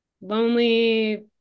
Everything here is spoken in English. lonely